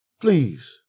Please